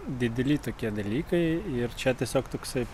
dideli tokie dalykai ir čia tiesiog toksai